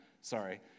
Sorry